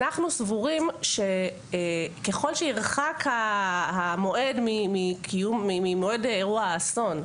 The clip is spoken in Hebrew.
אנחנו סבורים שככל שירחק המועד ממועד אירוע האסון,